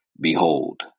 behold